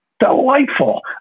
Delightful